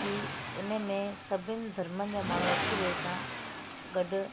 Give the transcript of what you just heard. की इन में सभिनि धर्मनि जा माण्हू हिक ॿिए सां गॾु